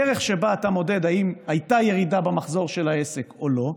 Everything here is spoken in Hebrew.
הדרך שבה אתה מודד אם הייתה ירידה במחזור של העסק או לא,